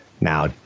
Now